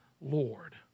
Lord